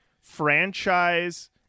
franchise